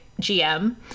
GM